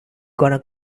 gonna